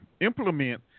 implement